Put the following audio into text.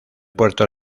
puerto